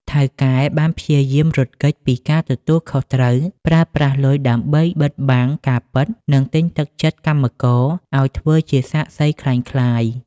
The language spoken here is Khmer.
ថៅកែបានព្យាយាមរត់គេចពីការទទួលខុសត្រូវ ប្រើប្រាស់លុយដើម្បីបិទបាំងការពិត និងទិញទឹកចិត្តកម្មករឲ្យធ្វើជាសាក្សីក្លែងក្លាយ។